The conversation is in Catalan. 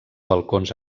balcons